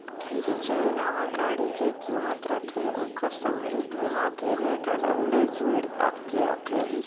जेन नावां गाड़ी के किमत रथे ओखर संघे बीमा के रेट हर अगले जुइड़ के आथे